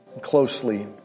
closely